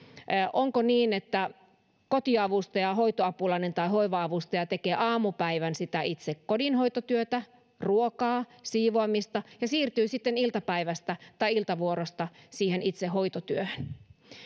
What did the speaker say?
onko niin että kotiavustaja hoitoapulainen tai hoiva avustaja tekee aamupäivän sitä itse kodinhoitotyötä ruokaa siivoamista ja siirtyy sitten iltapäivästä tai iltavuorosta siihen itse hoitotyöhön